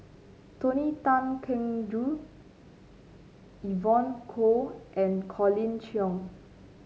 Tony Tan Keng Joo Evon Kow and Colin Cheong